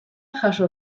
jaso